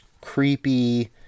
creepy